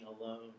alone